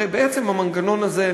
הרי בעצם המנגנון הזה,